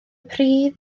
pridd